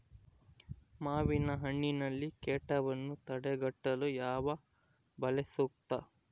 ಮಾವಿನಹಣ್ಣಿನಲ್ಲಿ ಕೇಟವನ್ನು ತಡೆಗಟ್ಟಲು ಯಾವ ಬಲೆ ಸೂಕ್ತ?